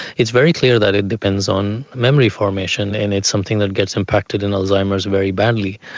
it's very clear that it depends on memory formation and it's something that gets impacted in alzheimer's very badly.